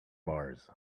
bars